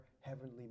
heavenly